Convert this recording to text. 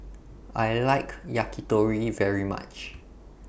I like Yakitori very much